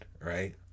right